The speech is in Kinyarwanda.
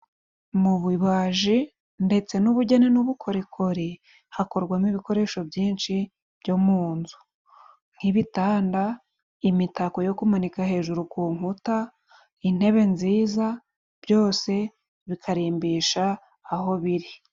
Mu bubaji ndetse n'ubugeni n'ubukorikori hakorwamo ibikoresho byinshi byo mu nzu: nk'ibitanda, imitako yo kumanika hejuru ku nkuta, intebe nziza, byose bikarimbisha aho biri.